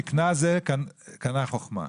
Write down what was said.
זקנה זה מלשון 'זה קנה חכמה'.